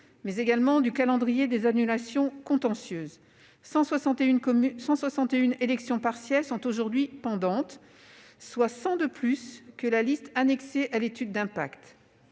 mais également du calendrier des annulations contentieuses : 161 élections partielles sont aujourd'hui pendantes, soit 100 de plus que la liste annexée à l'étude d'impact.